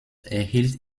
erhielt